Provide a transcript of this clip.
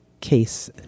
case